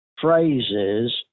phrases